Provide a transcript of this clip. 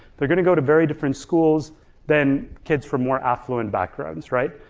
they're gonna go to very different schools than kids from more affluent backgrounds, right?